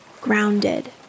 grounded